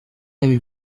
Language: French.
avez